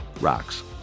Rocks